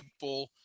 people